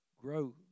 grow